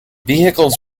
vehicles